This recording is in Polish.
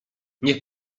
niech